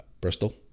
Bristol